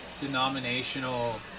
denominational